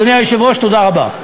אדוני היושב-ראש, תודה רבה.